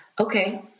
okay